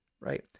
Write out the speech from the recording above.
Right